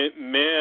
men